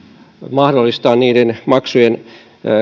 mahdollistaa niiden maksujen